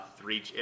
three